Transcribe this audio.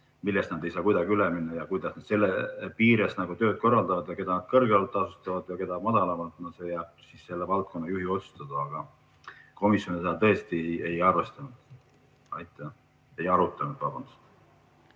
millest nad ei saa kuidagi üle minna. Kuidas nad selle piires tööd korraldavad ja keda nad kõrgemalt tasustavad ja keda madalamalt, see jääb selle valdkonna juhi otsustada. Aga komisjon seda tõesti ei arutanud. Hea ettekandja,